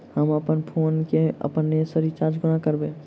हम अप्पन फोन केँ अपने सँ रिचार्ज कोना करबै?